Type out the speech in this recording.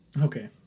Okay